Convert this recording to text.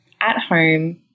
at-home